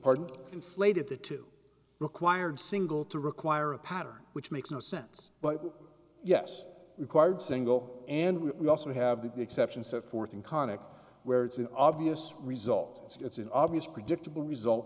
conflated the two required single to require a pattern which makes no sense but yes required single and we also have the exceptions set forth in conical where it's an obvious result it's an obvious predictable result